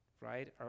right